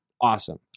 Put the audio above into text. Awesome